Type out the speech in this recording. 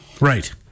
Right